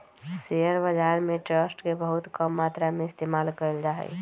share बाजार में trust के बहुत कम मात्रा में इस्तेमाल कइल जा हई